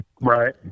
Right